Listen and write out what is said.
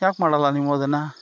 ಯಾಕೆ ಮಾಡೋಲ್ಲ ನೀವು ಅದನ್ನು